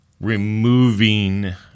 removing